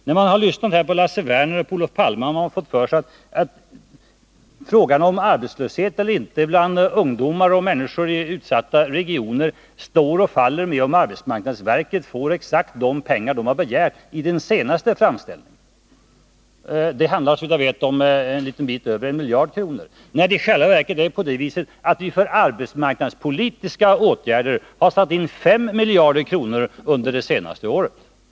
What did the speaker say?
När man lyssnar på Lars Werner och Olof Palme kan man få intrycket att frågan om arbetslöshet eller inte bland ungdomar och bland människor i utsatta regioner står och faller med om arbetsmarknadsverket får exakt de pengar man där har begärt i den senaste framställningen — det handlar såvitt jag vet om något över en miljard kronor — när det i själva verket är så att vi för arbetsmarknadspolitiska åtgärder har satt in 5 miljarder kronor under det senaste året.